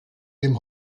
dem